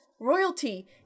royalty